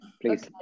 please